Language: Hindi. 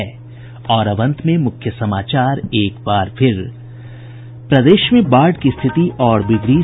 और अब अंत में मुख्य समाचार एक बार फिर प्रदेश में बाढ़ की स्थिति और बिगड़ी